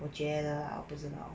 我觉得 ah 我不知道